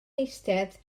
eistedd